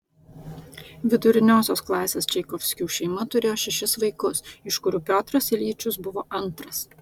viduriniosios klasės čaikovskių šeima turėjo šešis vaikus iš kurių piotras iljičius buvo antras